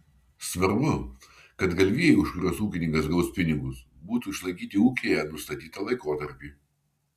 svarbu kad galvijai už kuriuos ūkininkas gaus pinigus būtų išlaikyti ūkyje nustatytą laikotarpį